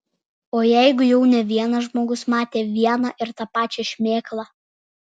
o jeigu jau ne vienas žmogus matė vieną ir tą pačią šmėklą